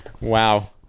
Wow